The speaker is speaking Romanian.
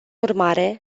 urmare